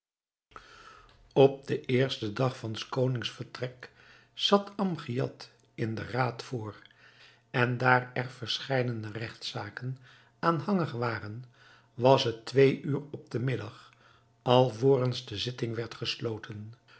op den eersten dag van s konings vertrek zat amgiad in den raad voor en daar er verscheidene regtszaken aanhangig waren was het twee uur op den middag alvorens de zitting werd gesloten